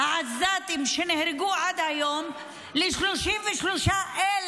העזתים, שנהרגו, עד היום הגיע ל-33,000